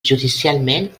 judicialment